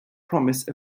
promise